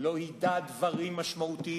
לא ידע דברים משמעותיים,